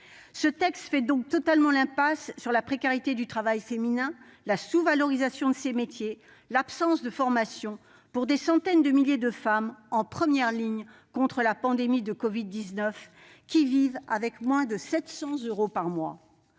Ce texte fait totalement l'impasse sur la précarité du travail féminin, la sous-valorisation de ces métiers, ou encore l'absence de formation pour des centaines de milliers de femmes, pourtant en première ligne contre la pandémie de covid-19, qui vivent avec moins de 700 euros par mois.